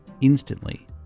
instantly